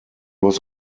was